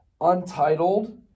Untitled